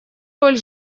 роль